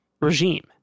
regime